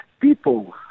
people